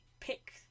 pick